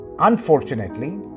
Unfortunately